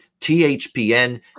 THPN